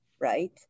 right